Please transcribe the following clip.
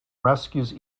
rescues